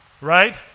Right